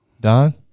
Don